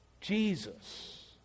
Jesus